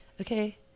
Okay